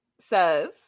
says